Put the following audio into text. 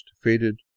faded